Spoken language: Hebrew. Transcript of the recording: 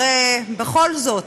הרי בכל זאת,